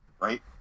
right